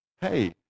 Hey